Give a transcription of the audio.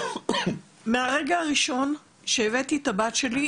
מהרגע הראשון שהבאתי את הבת שלי,